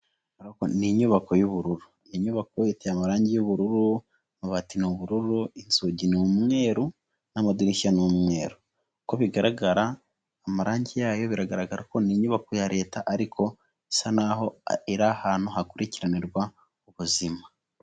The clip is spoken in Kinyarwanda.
Ni inyubako y'ubururu, inyubako iteye amarangi y'ubururu, amabati ni ubururu, inzugi ni umweru n'amadirishya ni umweru, uko bigaragara amarangi yayo biragaragara ko ni inyubako ya leta ariko isa n'aho iri ahantu hakurikiranirwa ubuzima.